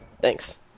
Thanks